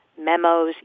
memos